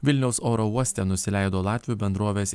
vilniaus oro uoste nusileido latvių bendrovės